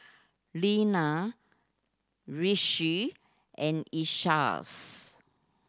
Linna Rishi and Isaias